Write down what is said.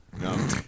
No